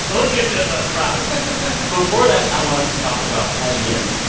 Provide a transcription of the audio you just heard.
we'll get there, though. i promise before that, i want us to talk about kashmir.